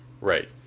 Right